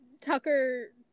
Tucker